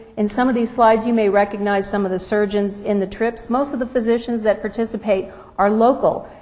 in some of these slides you may recognize some of the surgeons in the trips. most of the physicians that participate are local.